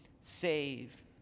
save